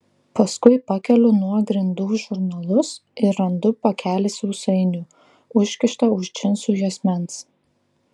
paskui pakeliu nuo grindų žurnalus ir randu pakelį sausainių užkištą už džinsų juosmens